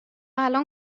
الان